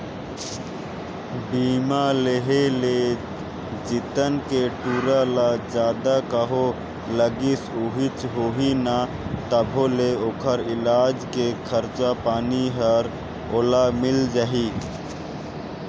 बीमा रेहे ले तीजन के टूरा ल जादा कहों लागिस उगिस होही न तभों ले ओखर इलाज के खरचा पानी हर ओला मिल जाही